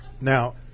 Now